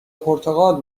پرتقال